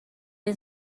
این